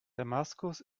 damaskus